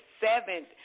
seventh